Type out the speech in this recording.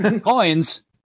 coins